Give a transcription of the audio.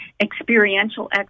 experiential